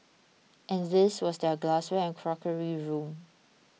and this was their glassware and crockery room